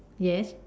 yes